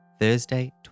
Thursday